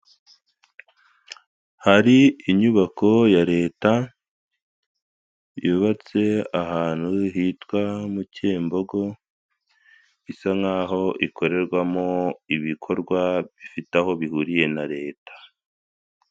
Hari inyubako ya leta yubatse ahantu hitwa Mukimbogo bisa nkaho ikorerwamo ibikorwa bifite aho bihuriye na leta.